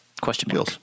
Question